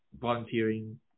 volunteering